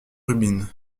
rubin